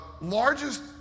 largest